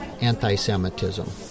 anti-Semitism